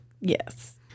Yes